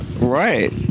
Right